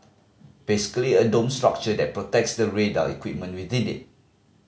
basically a dome structure that protects the radar equipment within it